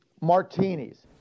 martinis